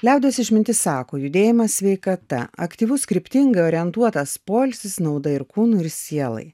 liaudies išmintis sako judėjimas sveikata aktyvus kryptingai orientuotas poilsis nauda ir kūnui ir sielai